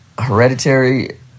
hereditary